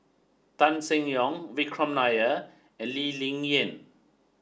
Tan Seng Yong Vikram Nair and Lee Ling Yen